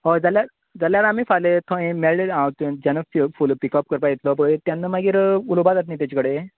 हय जाल्यार जाल्यार आमी फाल्यां थंय मेळ्या हांव थंयच्यानच येवन फुलां पिकअप करपाक येतलो पळय तेन्ना मागीर उलोवपाक जाता न्ही तेजे कडेन